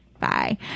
Bye